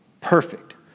Perfect